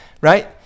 right